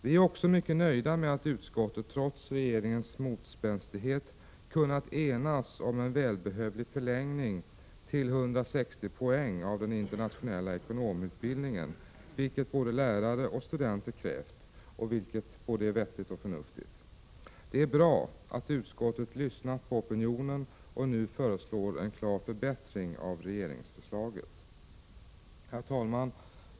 Vi är också mycket nöjda med att utskottet trots regeringens motspänstighet kunnat enas om en välbehövlig förlängning till 160 poäng av den internationella ekonomutbildningen, vilket både lärare och studenter krävt och vilket är både vettigt och förnuftigt. Det är bra att utskottet lyssnat på opinionen och nu föreslår en klar förbättring av regeringsförslaget. Herr talman!